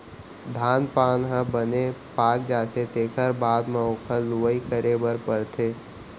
धान पान ह बने पाक जाथे तेखर बाद म ओखर लुवई करे बर परथे